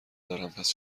دارن، پس